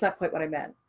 not quite what i meant.